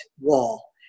wall